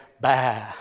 Bah